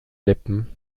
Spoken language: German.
lippen